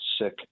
sick